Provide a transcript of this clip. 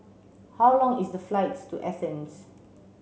how long is the flight to Athens